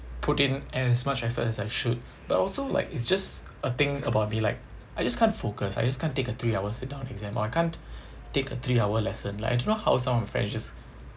put in as much effort as I should but also like it's just a thing about me like I just can't focus I just can't take a three hour sit down exam or I can't take a three hour lesson like I don't know how some of my friends just